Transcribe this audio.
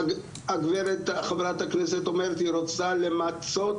הגברת חברת הכנסת אומרת היא רוצה למצות